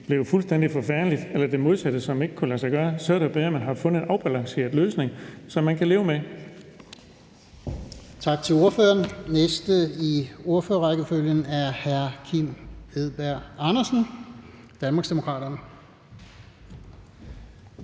blev fuldstændig forfærdeligt eller det modsatte, som ikke kunne lade sig gøre, så er det bedre, at man har fundet en afbalanceret løsning, som man kan leve med. Kl. 13:46 Fjerde næstformand (Lars-Christian Brask): Tak til ordføreren. Den næste i ordførerrækken er hr. Kim Edberg Andersen, Danmarksdemokraterne.